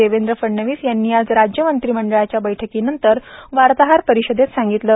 देवेंद्र फडणवीस यांनी आज राज्य मंत्रिमंडळाच्या बैठकीनंतर वार्ताहर परिषदेत सांगितलं